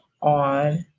on